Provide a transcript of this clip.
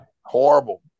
horrible